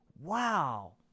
Wow